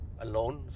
alone